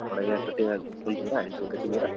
ବଡ଼େ ମିୟା ଛୋଟେ ମିୟା ଶୁଣିଛୁ ପରା ୟୁଟ୍ୟୁବ୍ ଦେଖୁଛୁ ପରା